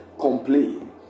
complain